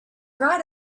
right